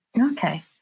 Okay